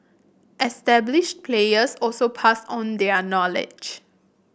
established players also pass on their knowledge